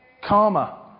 karma